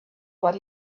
what